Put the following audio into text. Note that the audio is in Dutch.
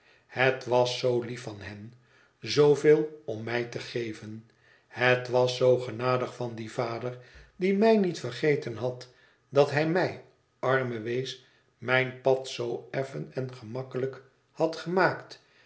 het was zoo lief van hen zooveel om mij te geven het was zoo genadig van dien vader die mij niet vergeten had dat hij mij arme wees mijn pad zoo effen en gemakkelijk had gemaakt